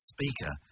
Speaker